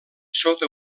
sota